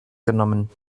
genommen